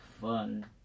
fun